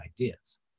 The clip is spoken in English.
ideas